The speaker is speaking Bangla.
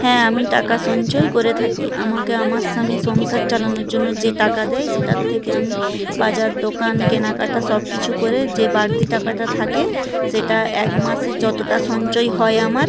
হ্যাঁ আমি টাকা সঞ্চয় করে থাকি আমাকে আমার স্বামী সংসার চালানোর জন্য যে টাকা দেয় সেটার থেকে আমি বাজার দোকান কেনাকাটা সব কিছু করে যে বাড়তি টাকাটা থাকে সেটা এক মাসে যতোটা সঞ্চয় হয় আমার